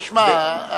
תשמע,